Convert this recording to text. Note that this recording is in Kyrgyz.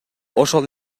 ошол